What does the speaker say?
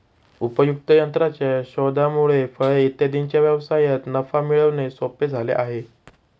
उपयुक्त यंत्राच्या शोधामुळे फळे इत्यादींच्या व्यवसायात नफा मिळवणे सोपे झाले आहे